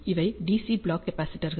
இவை DC block கேப்பாசிடர்கள்